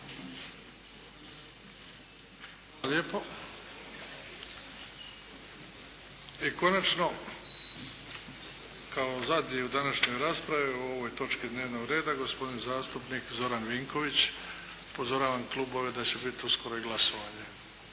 lijepo. I konačno kao zadnji u današnjoj raspravi o ovoj točki dnevnog reda, gospodin zastupnik Zoran Vinković. Upozoravam klubove da će biti uskoro i glasovanje.